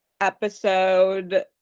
episode